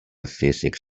physics